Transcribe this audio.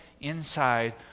inside